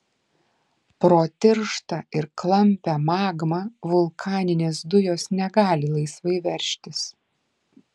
pro tirštą ir klampią magmą vulkaninės dujos negali laisvai veržtis